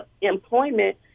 employment